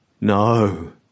No